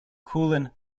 kulin